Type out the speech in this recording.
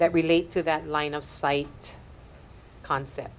that relate to that line of sight concept